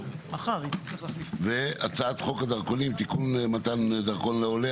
- ממשלתית; והצעת חוק הדרכונים (תיקון - מתן דרכון לעולה),